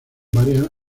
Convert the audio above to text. varias